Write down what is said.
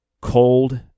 cold